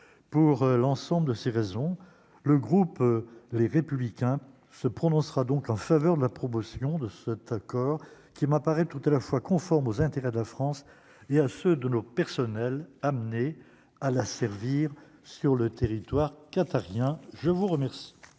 pour l'ensemble de ces raisons, le groupe, les républicains se prononcera donc en faveur de la promotion de cet accord qui m'apparaît tout à la fois conforme aux intérêts de la France, il y a ceux de nos personnels amenés à la servir sur le territoire qatarien je vous remercie.